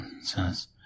says